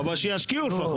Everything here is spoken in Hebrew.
שישקיעו לפחות.